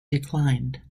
declined